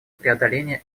преодоления